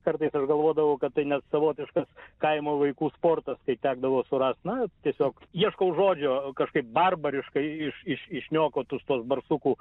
kartais aš galvodavau kad tai net savotiškas kaimo vaikų sportas kai tekdavo surast na tiesiog ieškau žodžio kažkaip barbariškai iš iš išniokotus tuos barsukų